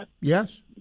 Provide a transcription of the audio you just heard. yes